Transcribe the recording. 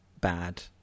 bad